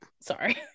sorry